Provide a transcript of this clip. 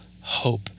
Hope